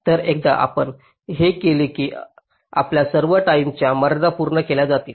तर एकदा आपण हे केले की आपल्या सर्व टाईमच्या मर्यादा पूर्ण केल्या जातील